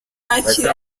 ntakiri